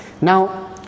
Now